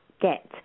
get